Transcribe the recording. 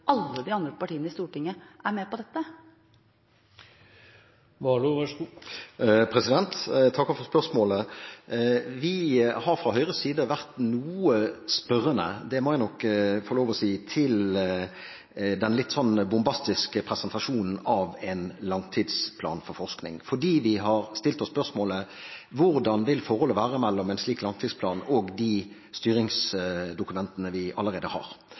alle de andre partiene i Stortinget er med på dette? Jeg takker for spørsmålet. Vi har fra Høyres side vært noe spørrende – det må jeg nok få lov til å si – til den litt bombastiske presentasjonen av en langtidsplan for forskning, fordi vi har stilt oss spørsmålet hvordan forholdet vil være mellom en slik langtidsplan og de styringsdokumentene vi allerede har.